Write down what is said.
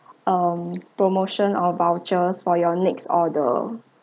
um promotion or vouchers for your next order